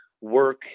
work